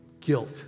guilt